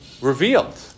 revealed